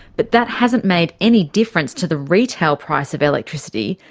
but that hasn't made any difference to the retail price of electricity,